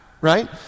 right